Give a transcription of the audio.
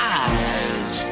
eyes